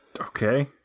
Okay